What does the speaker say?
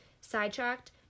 sidetracked